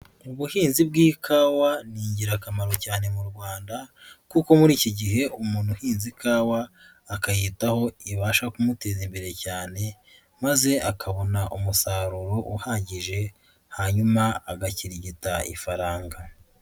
Ubuhinzi bw'ikawa ni ingirakamaro cyane mu Rwanda, kuko muri iki gihe umuntu uhinze ikawa akayitaho ibasha kumuteraza imbere cyane, maze akabona umusaruro uhagije hanyuma agakirigita ifaranga.